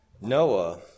Noah